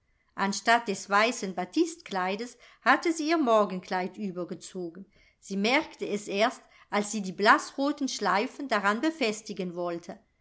anstatt des weißen battistkleides hatte sie ihr morgenkleid übergezogen sie merkte es erst als sie die blaßroten schleifen daran befestigen wollte